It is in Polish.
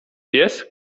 pies